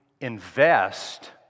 invest